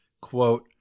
quote